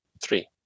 Three